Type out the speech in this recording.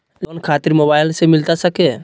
Loan खातिर mobile से मिलता सके?